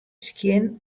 skjin